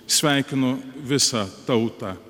sveikino visą tautą